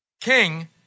king